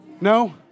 no